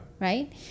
right